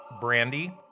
brandy